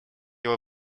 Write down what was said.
его